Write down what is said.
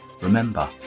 Remember